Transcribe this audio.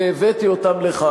הבאתי אותם לכאן.